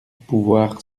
pouvoir